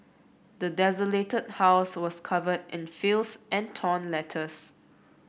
the desolated house was covered in filth and torn letters